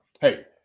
Hey